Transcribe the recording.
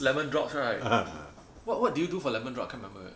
lemon drops right what what did you do for lemon drops I can't remember already